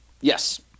Yes